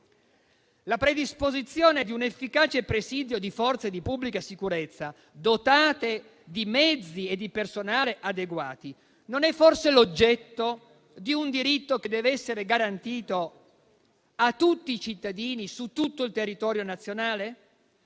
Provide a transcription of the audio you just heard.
la predisposizione di un efficace presidio di forze di pubblica sicurezza, dotate di mezzi e di personale adeguati, non è forse l'oggetto di un diritto che deve essere garantito a tutti i cittadini su tutto il territorio nazionale?